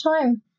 time